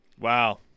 wow